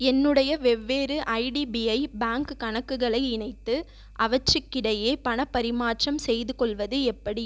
என்னுடைய வெவ்வேறு IDBI bank கணக்குகளை இணைத்து அவற்றுக்கிடையே பணப் பரிமாற்றம் செய்து கொள்வது எப்படி